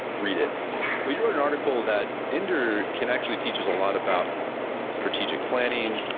read it but you wrote an article that ender can actually teach us a lot about strategic planning,